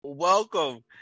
Welcome